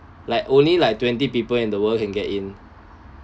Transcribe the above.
like only like twenty people in the world can get in